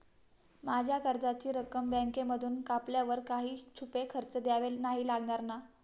माझ्या कर्जाची रक्कम बँकेमधून कापल्यावर काही छुपे खर्च द्यावे नाही लागणार ना?